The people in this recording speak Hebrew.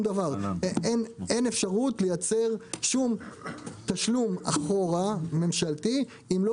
דבר אין אפשרות לייצר שום תשלום ממשלתי אחורה אם לא